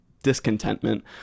discontentment